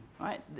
right